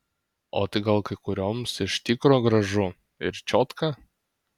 o tai gal kai kurioms iš tikro gražu ir čiotka